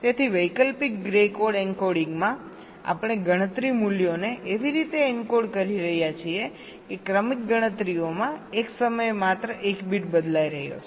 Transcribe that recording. તેથી વૈકલ્પિક grey code એન્કોડિંગમાં આપણે ગણતરી મૂલ્યોને એવી રીતે એન્કોડ કરી રહ્યા છીએ કે ક્રમિક ગણતરીઓમાં એક સમયે માત્ર એક બીટ બદલાઈ રહ્યો છે